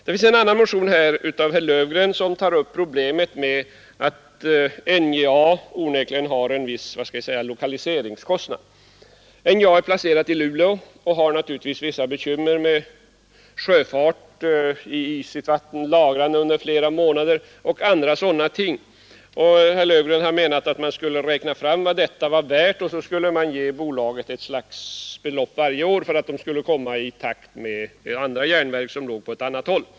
Det finns en annan motion, av herr Löfgren, som tar upp problemet med att NJA onekligen har att dras med vad vi skulle kunna kalla en viss lokaliseringskostnad. NJA är placerat i Luleå och har naturligtvis vissa bekymmer med sjöfarten när vattnet är isbelagt, med lagring under flera månader under året och andra sådana ting. Herr Löfgren har ansett att man borde räkna fram vad detta kan vara värt och sedan ge bolaget ett belopp varje år för att det skulle komma i takt med järnverk som ligger på andra håll.